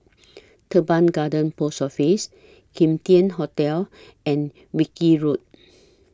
Teban Garden Post Office Kim Tian Hotel and Wilkie Road